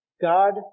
God